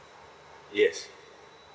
yes